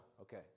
Okay